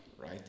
right